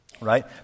right